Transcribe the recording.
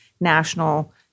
national